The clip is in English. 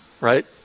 Right